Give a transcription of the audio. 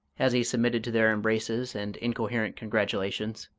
as he submitted to their embraces and incoherent congratulations,